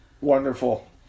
Wonderful